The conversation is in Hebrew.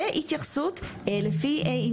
ולעניין ההתייחסות הגיאוגרפית,